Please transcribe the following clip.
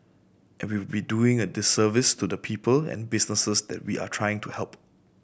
and we will be doing a disservice to the people and businesses that we are trying to help